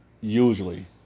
Usually